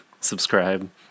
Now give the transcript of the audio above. subscribe